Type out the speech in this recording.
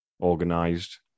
organised